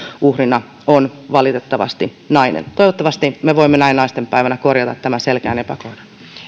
uhrina on valitettavasti nainen toivottavasti me voimme näin naistenpäivänä korjata tämän selkeän epäkohdan